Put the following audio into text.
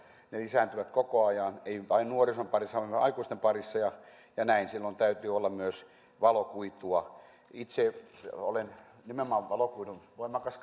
lisääntyvät koko ajan eivät vain nuorison parissa vaan aikuistenkin parissa ja ja silloin täytyy olla myös valokuitua itse olen nimenomaan valokuidun voimakas